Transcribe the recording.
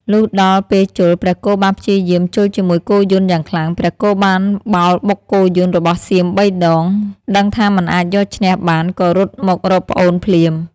លុះដល់ពេលជល់ ព្រះគោបានព្យាយាមជល់ជាមួយគោយន្ដយ៉ាងខ្លាំង ព្រះគោបានបោលបុកគោយន្ដរបស់សៀមបីដង ដឹងថាមិនអាចយកឈ្នះបានក៏រត់មករកប្អូនភ្លាម។